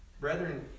Brethren